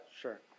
Sure